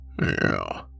Yeah